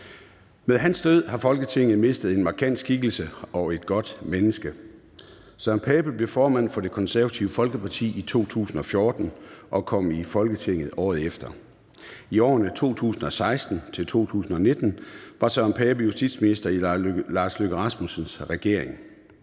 Med hans død har Folketinget mistet en markant skikkelse og et godt menneske. Søren Pape blev formand for Det Konservative Folkeparti i 2014 og kom i Folketinget året efter. I årene 2016 til 2019 var Søren Pape justitsminister i Lars Løkke Rasmussens regering.